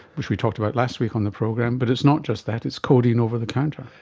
which we talked about last week on the program, but it's not just that, it's codeine over the counter.